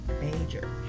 Major